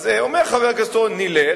אז אומר חבר הכנסת אורון: נלך,